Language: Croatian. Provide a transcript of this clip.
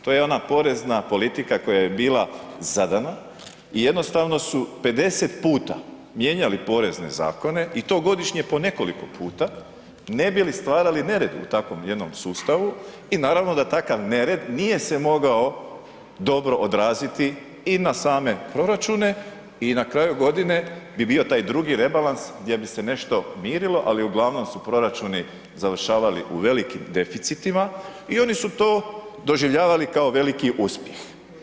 To je ona porezna politika koja je bila zadana i jednostavno su 50 puta mijenjali porezne zakone i to godišnje po nekoliko puta ne bi li stvarali nered u takvom jednom sustavu i naravno da takav nered nije se mogao dobro odraziti i na same proračune i na kraju godine bi bio taj drugi rebalans gdje bi se nešto mirilo, ali uglavnom su proračuni završavali u velikim deficitima i oni su to doživljavali kao veliki uspjeh.